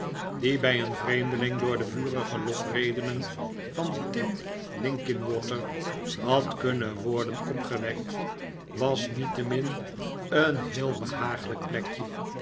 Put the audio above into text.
die bij een vreemdeling door de vurige lofredenen van tim linkinwater had kunnen worden opgewek't was niettemin een heel behaaglijk plekje